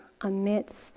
amidst